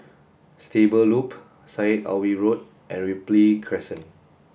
Stable Loop Syed Alwi Road and Ripley Crescent